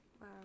Wow